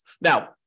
Now